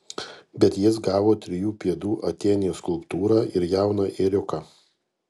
bet jis gavo trijų pėdų atėnės skulptūrą ir jauną ėriuką